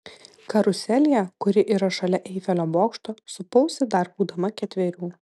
karuselėje kuri yra šalia eifelio bokšto supausi dar būdama ketverių